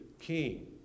king